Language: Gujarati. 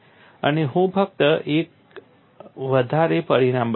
અને હું ફક્ત એક વધારે પરિણામ બતાવીશ